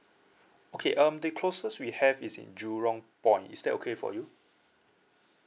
okay um the closest we have is in jurong point is that okay for you